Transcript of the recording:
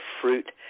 fruit